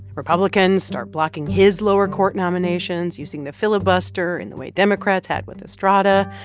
republicans start blocking his lower court nominations, using the filibuster in the way democrats had with estrada.